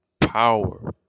power